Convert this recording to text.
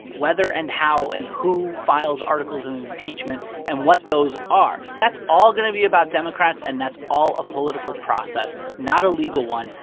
whether and how and who files articles of impeachment and what those are. that's all going to be about democrats, and that's all a political process not a legal one.